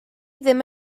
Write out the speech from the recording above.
ddim